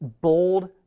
bold